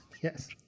Yes